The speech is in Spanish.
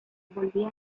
volvía